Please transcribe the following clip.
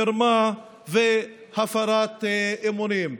מרמה והפרת אמונים.